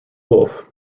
wolf